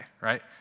right